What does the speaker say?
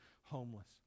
homeless